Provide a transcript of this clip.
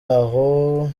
aho